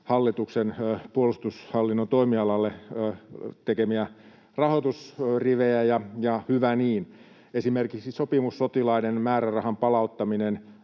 hallituksen puolustushallinnon toimialalle tekemiä rahoitusrivejä, ja hyvä niin. Esimerkiksi sopimussotilaiden määrärahan palauttaminen